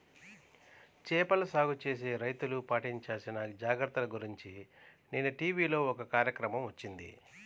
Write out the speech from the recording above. చేపల సాగు చేసే రైతులు పాటించాల్సిన జాగర్తల గురించి నిన్న టీవీలో ఒక కార్యక్రమం వచ్చింది